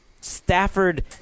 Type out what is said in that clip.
Stafford